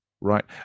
right